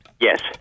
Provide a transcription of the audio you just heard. Yes